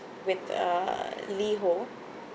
with uh Liho